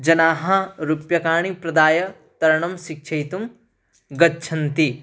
जनाः रूप्यकाणि प्रदाय तरणं शिक्षितुं गच्छन्ति